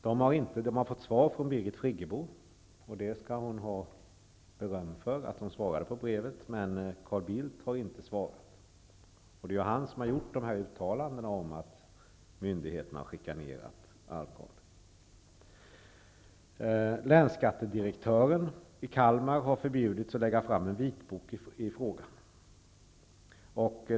De har fått svar från Birgit Friggebo -- och hon skall ha beröm för att hon svarade på brevet -- men Carl Bildt har inte svarat. Det är han som har gjort dessa uttalanden om att myndigheterna har chikanerat Alvgard. Länsskattedirektören i Kalmar har förbjudits att lägga fram en vitbok i frågan.